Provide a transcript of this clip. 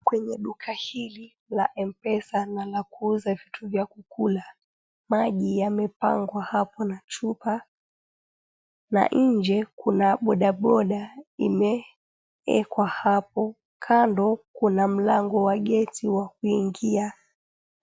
Kwenye duka hili la M-PESA na la kuuza vitu vya kukula, maji yamepangwa hapo na chupa na nje kuna bodaboda imeekwa hapo. Kando kuna mlango wa geti wa kuingia.